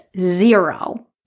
zero